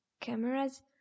cameras